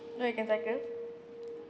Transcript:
oh you can cycle